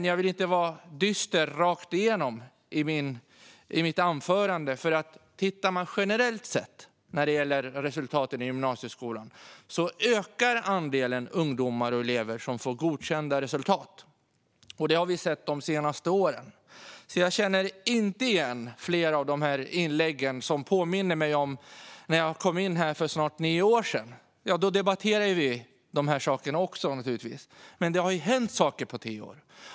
Jag vill dock inte vara dyster i hela mitt anförande. Om vi tittar på resultaten i gymnasieskolan generellt kan man se att andelen ungdomar och elever med godkända resultat ökar. Det har vi sett de senaste åren. Jag känner alltså inte igen det som presenterats i flera inlägg. Det påminner mig om när jag kom i riksdagen för snart nio år sedan. Då debatterade vi också de här sakerna. Men det har hänt saker på nio år.